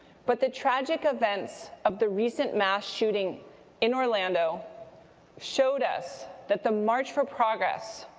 but the tragic events of the recent mass shooting in orlando showed us that the march for progress,